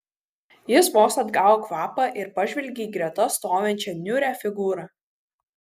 jis vos atgavo kvapą ir pažvelgė į greta stovinčią niūrią figūrą